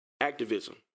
Activism